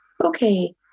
okay